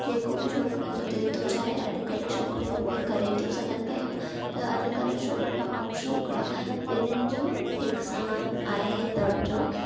जेको बि छोकिरियुनि जी दिलि थी चाहे अॼु कल छोकिरियूं उहे करे थियूं सघनि पियूं त अॼु कल छोकिरियूं ऐं छोकिड़ा ॿिन्ही जो हिकु समानु आहे दरिजो